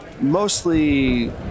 mostly